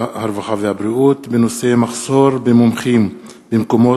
הודעת המזכיר, בבקשה.